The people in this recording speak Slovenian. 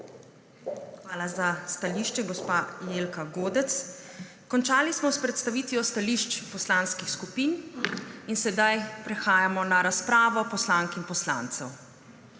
Hvala za stališče, gospa Jelka Godec. Končali smo s predstavitvijo stališč poslanskih skupin. Sedaj prehajamo na razpravo poslank in poslancev.